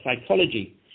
psychology